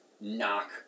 knock